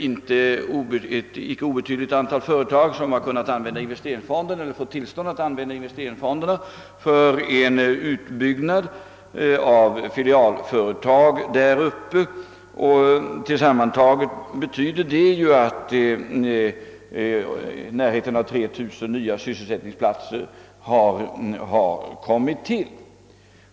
Ett icke obetydligt antal företag har erhållit tillstånd att använda investeringsfonderna för en utbyggnad av filialföretag där uppe. Sammantaget betyder det att närmare 3000 nya sysselsättningsplatser har kommit till.